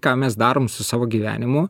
ką mes darom su savo gyvenimu